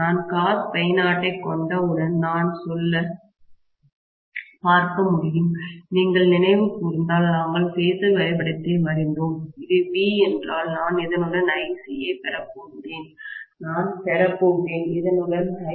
நான் cos∅0 ஐக் கொண்டவுடன் நான் சொல்ல பார்க்க முடியும் நீங்கள் நினைவு கூர்ந்தால் நாங்கள் பேஸர் வரைபடத்தை வரைந்தோம் இது V என்றால் நான் இதனுடன் IC யைப் பெறப் போகிறேன் நான் பேறப் போகிறேன் இதனுடன் Im யையும்